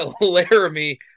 Laramie